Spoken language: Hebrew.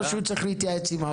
או שהוא צריך להתייעץ עם האוצר?